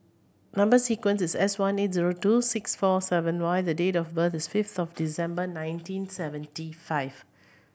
number sequence is S one eight zero two six four seven Y the date of birth is fifth of December nineteen seventy five